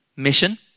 Mission